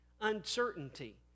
uncertainty